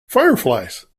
fireflies